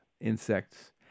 insects